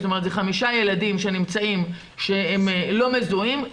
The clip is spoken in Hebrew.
חמישה ילדים שנמצאים שהם לא מזוהים,